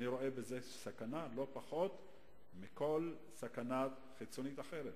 אני רואה בזה סכנה לא פחות מכל סכנה חיצונית אחרת,